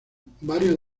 varios